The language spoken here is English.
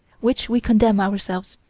which we condemn ourselves,